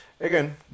again